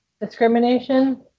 discrimination